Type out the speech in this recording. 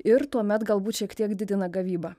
ir tuomet galbūt šiek tiek didina gavybą